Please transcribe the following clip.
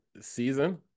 season